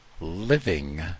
living